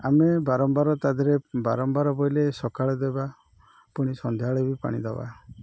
ଆମେ ବାରମ୍ବାର ତା' ଦେହରେ ବାରମ୍ବାର ବୋଇଲେ ସକାଳେ ଦେବା ପୁଣି ସନ୍ଧ୍ୟାବେଳେ ବି ପାଣି ଦେବା